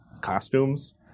costumes